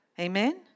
Amen